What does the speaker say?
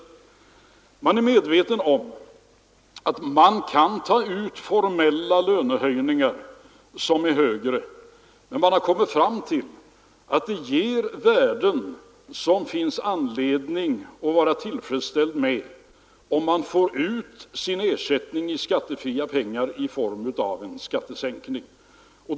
Man är medveten om att man kan ta ut formella lönehöjningar som är högre, men man har kommit fram till att en ersättning i skattefria pengar i form av en skattesänkning innebär värden, som det finns anledning att vara tillfredsställd med.